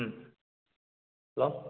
ꯎꯝ hello